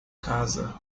casa